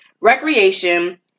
recreation